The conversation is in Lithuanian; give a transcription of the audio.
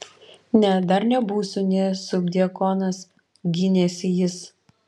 ne dar nebūsiu nė subdiakonas gynėsi jis